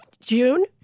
June